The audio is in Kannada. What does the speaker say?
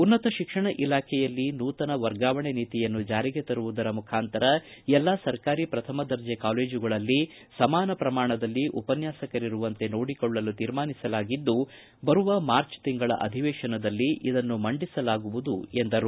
ಉನ್ನತ ಶಿಕ್ಷಣ ಇಲಾಖೆಯಲ್ಲಿ ನೂತನ ವರ್ಗಾವಣೆ ನೀತಿಯನ್ನು ಜಾರಿಗೆ ತರುವುದರ ಮುಖಾಂತರ ಎಲ್ಲ ಸರಕಾರಿ ಪ್ರಥಮ ದರ್ಜೆ ಕಾಲೇಜುಗಳಲ್ಲಿ ಸಮಾನ ಪ್ರಮಾಣದಲ್ಲಿ ಉಪನ್ಯಾಸಕರಿರುವಂತೆ ನೋಡಿಕೊಳ್ಳಲು ತೀರ್ಮಾನಿಸಲಾಗಿದ್ದು ಬರುವ ಮಾರ್ಚ್ ತಿಂಗಳ ಅಧಿವೇಶನದಲ್ಲಿ ಇದನ್ನು ಮಂಡಿಸಲಾಗುವುದು ಎಂದರು